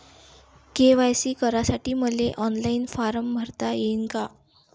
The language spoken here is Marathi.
के.वाय.सी करासाठी मले ऑनलाईन फारम भरता येईन का?